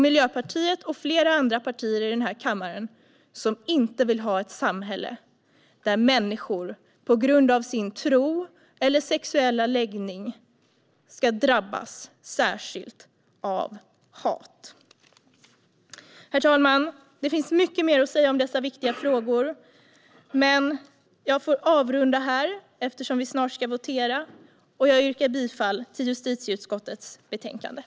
Miljöpartiet och flera andra partier i den här kammaren vill inte ha ett samhälle där människor drabbas av hat på grund av sin tro eller sexuella läggning. Herr talman! Det finns mycket mer att säga om dessa viktiga frågor, men jag får avrunda här eftersom vi snart ska votera. Jag yrkar bifall till justitieutskottets förslag i betänkandet.